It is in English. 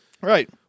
Right